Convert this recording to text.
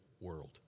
world